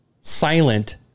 silent